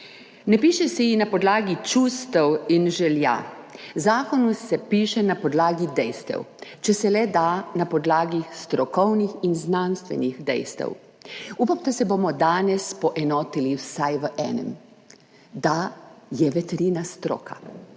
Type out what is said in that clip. Ne piše se jih na podlagi čustev in želja, zakone se piše na podlagi dejstev. Če se le da, na podlagi strokovnih in znanstvenih dejstev. Upam, da se bomo danes poenotili vsaj v enem – da je veterina stroka.